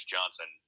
Johnson